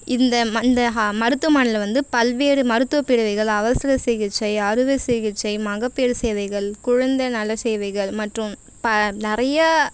இந்த ம இந்த ஹ மருத்துவமனையில் வந்து பல்வேறு மருத்துவப் பிரிவுகள் அவசர சிகிச்சை அறுவை சிகிச்சை மகப்பேறு சேவைகள் குழந்தை நல சேவைகள் மற்றும் ப நிறையா